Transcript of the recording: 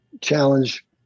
challenge